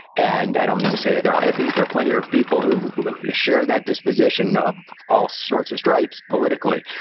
and i don't mean to say that they're all hippies, there are plenty of people who share that disposition of all sorts of stripes, politically.